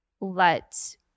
let